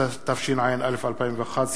התשע"א 2011,